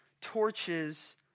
torches